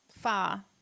far